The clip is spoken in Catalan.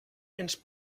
ens